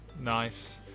Nice